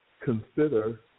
consider